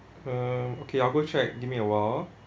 um okay I'll go check give me awhile